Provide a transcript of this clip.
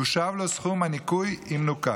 יושב לו סכום הניכוי אם נוכה.